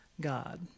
God